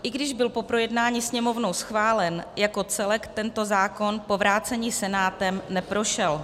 I když byl po projednání Sněmovnou schválen, jako celek tento zákon po vrácení Senátem neprošel.